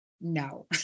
No